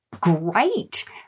great